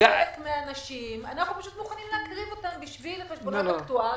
חלק מהנשים בשביל חשבון אקטוארי.